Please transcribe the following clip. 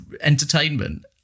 entertainment